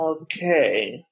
okay